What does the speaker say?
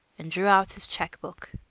and drew out his check-book.